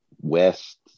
West